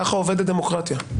ככה עובדת הדמוקרטיה.